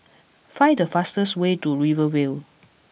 find the fastest way to Rivervale